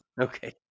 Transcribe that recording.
Okay